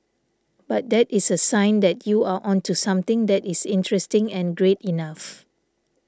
but that is a sign that you are onto something that is interesting and great enough